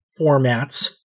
formats